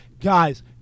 Guys